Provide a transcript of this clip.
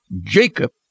Jacob